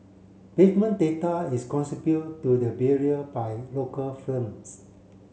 pavement data is contribute to the Bureau by local firms